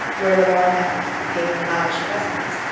where la barre met them and gave them lavish presents.